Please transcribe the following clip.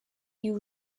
you